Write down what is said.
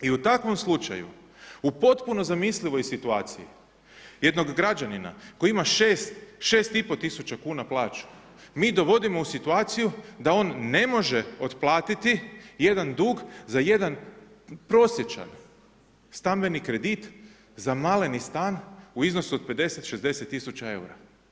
I u takvom slučaju, u potpuno zamislivoj situaciji jednog građanina koji ima 6,5 tisuća kuna plaću, mi dovodimo u situaciju da on ne može otplatiti jedan dug za jedan prosječan stambeni kredit za maleni stan u iznosu od 50, 60 tisuća eura.